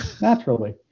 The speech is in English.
Naturally